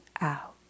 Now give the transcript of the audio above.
out